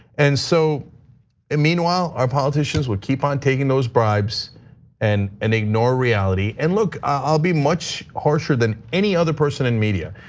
and so meanwhile, our politicians would keep on taking those bribes and and ignore reality. and look, i'll be much harsher than any other person in media.